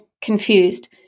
confused